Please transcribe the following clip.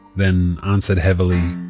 then answered heavily,